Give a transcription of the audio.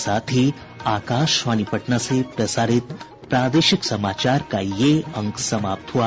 इसके साथ ही आकाशवाणी पटना से प्रसारित प्रादेशिक समाचार का ये अंक समाप्त हुआ